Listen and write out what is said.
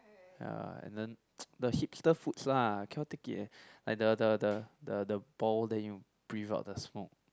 ya and then the hipster foods lah I cannot take it eh like the the the the the ball then you know breathe out the smoke